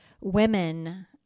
women